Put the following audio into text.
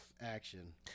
Action